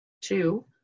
two